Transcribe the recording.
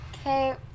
Okay